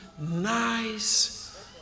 nice